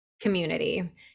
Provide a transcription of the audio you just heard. community